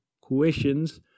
questions